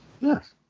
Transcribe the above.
Yes